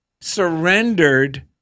surrendered